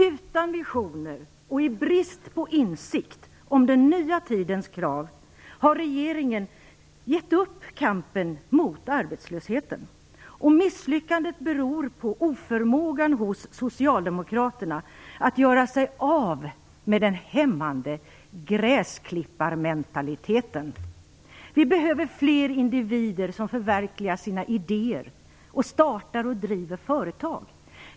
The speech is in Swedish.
Utan visioner och i brist på insikt om den nya tidens krav har regeringen gett upp kampen mot arbetslösheten. Misslyckandet beror på oförmågan hos socialdemokraterna att göra sig av med den hämmande gräsklipparmentaliteten. Vi behöver fler individer som förverkligar sina idéer och startar och driver företag.